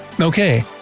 Okay